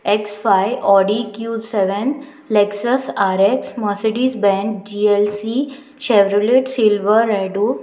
x five Audi Q seven Lexus R X Mercedes बँड G L C Chevrolet silver रॅडो